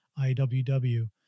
IWW